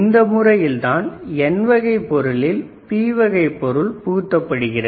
இந்த முறையில் தான் N வகை பொருளில் P வகை பொருள் புகுத்தப்படுகிறது